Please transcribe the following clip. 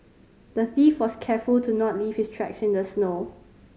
the thief was careful to not leave his tracks in the snow